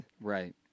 Right